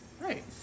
Right